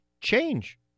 change